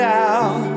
out